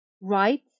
right